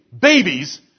babies